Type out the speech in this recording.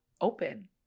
open